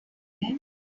there